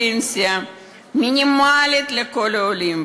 פנסיה מינימלית לכל העולים,